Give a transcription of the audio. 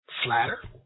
flatter